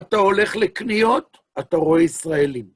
אתה הולך לקניות, אתה רואה ישראלים.